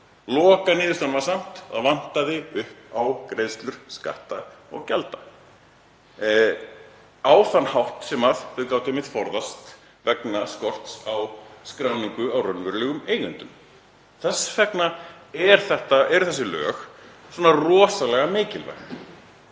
Lokaniðurstaðan var samt að það vantaði upp á greiðslur skatta og gjalda, á þann hátt sem þau gátu forðast vegna skorts á skráningu á raunverulegum eigendum. Þess vegna eru þessi lög svona rosalega mikilvæg.